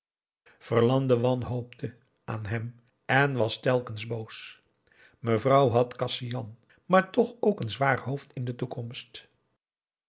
verlande wanhoopte aan hem en was telkens boos mevrouw had kasian maar toch ook een zwaar hoofd in de toekomst